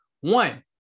One